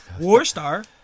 Warstar